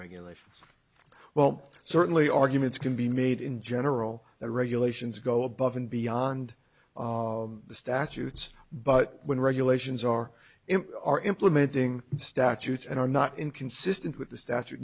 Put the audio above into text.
regulations well certainly arguments can be made in general the regulations go above and beyond the statutes but when regulations are in our implementing statutes and are not inconsistent with the statu